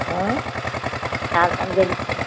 हू चारि पंज ॾींहं